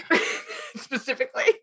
Specifically